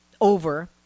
over